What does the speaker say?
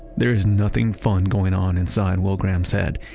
there is nothing fun going on inside will graham's head,